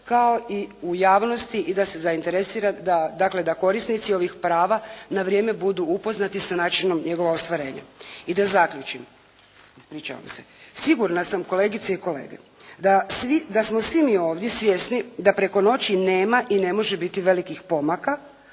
dakle da korisnici ovih prava na vrijeme budu upoznati sa načinom njegova ostvarenja. I da zaključim, ispričavam se. Sigurna sam, kolegice i kolege da smo svi mi ovdje svjesni da preko noći nema i ne može biti velikih pomaka,